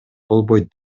болбойт